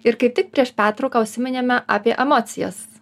ir kaip tik prieš pertrauką užsiminėme apie emocijas